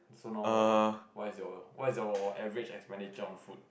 so now what what is your what is your average expenditure on food